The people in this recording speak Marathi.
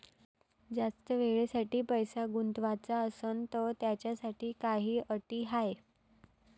जास्त वेळेसाठी पैसा गुंतवाचा असनं त त्याच्यासाठी काही अटी हाय?